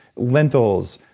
lentils,